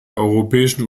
europäischen